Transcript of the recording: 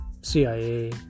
CIA